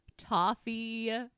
toffee